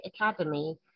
Academy